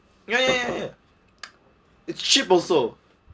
ya ya ya ya it's cheap also